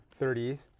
30s